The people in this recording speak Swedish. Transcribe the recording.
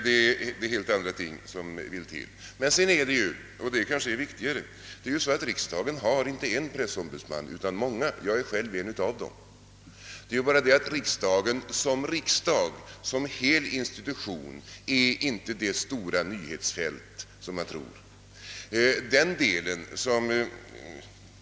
Men viktigare är att riksdagen redan har inte bara en utan många pressombudsmän, Jag är själv en av dem, Och riksdagen som institution är inte det stora nyhetsfält som man ofta tror.